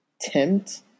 tempt